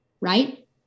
right